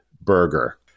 Burger